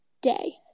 day